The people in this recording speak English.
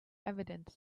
evidence